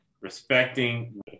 respecting